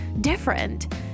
different